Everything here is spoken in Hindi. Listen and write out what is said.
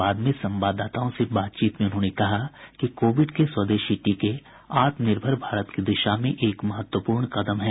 बाद में संवाददाताओं से बातचीत में उन्होंने कहा कि कोविड के स्वदेशी टीके आत्मनिर्भर भारत की दिशा में एक महत्वपूर्ण कदम है